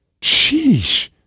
Sheesh